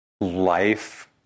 Life